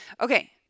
Okay